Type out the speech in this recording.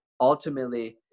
ultimately